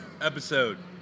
episode